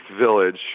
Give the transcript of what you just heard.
Village